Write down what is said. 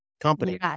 company